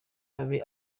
abe